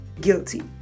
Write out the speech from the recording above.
guilty